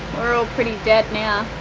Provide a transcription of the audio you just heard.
we're all pretty dead now.